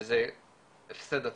שזה הפסד עצום.